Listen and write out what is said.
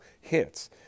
hits